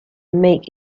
make